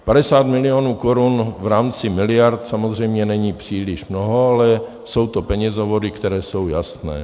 50 mil. korun v rámci miliard samozřejmě není příliš mnoho, ale jsou to penězovody, které jsou jasné.